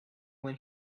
when